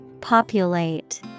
Populate